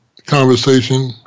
conversation